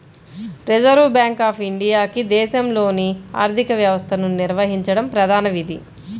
reserve Bank of ఇండియాకి దేశంలోని ఆర్థిక వ్యవస్థను నిర్వహించడం ప్రధాన విధి